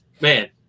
man